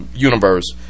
universe